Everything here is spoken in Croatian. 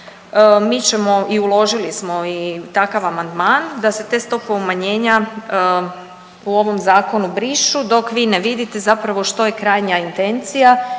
mi ćemo i uložili smo i takav amandman da se te stope umanjenja u ovom zakonu brišu dok vi ne vidite zapravo što je krajnja intencija